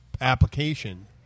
application